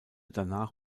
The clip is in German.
danach